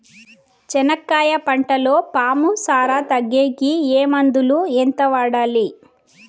చెనక్కాయ పంటలో పాము సార తగ్గేకి ఏ మందులు? ఎంత వాడాలి?